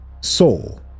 soul